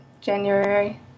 January